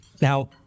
Now